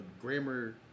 grammar